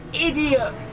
idiot